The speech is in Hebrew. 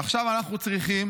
עכשיו אנחנו צריכים